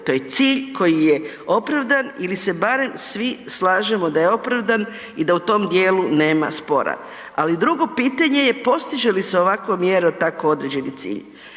to je cilj koji je opravdan ili se barem svi slažemo da je opravdan i da u tom dijelu nema spora. Ali drugo pitanje je, postiže li se ovako mjerom tako određeni cilj?